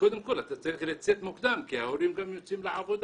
וקודם כל אתה צריך לצאת מוקדם כי ההורים גם יוצאים לעבודה,